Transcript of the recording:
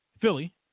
Philly